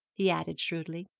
he added shrewdly.